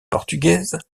portugaises